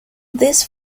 this